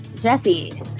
Jesse